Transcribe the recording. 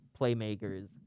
playmakers